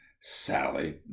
sally